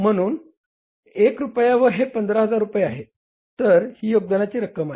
म्हणून हे 1 रूपया व हे 15000 रुपये आहे तर ही योगदानाची रक्कम आहे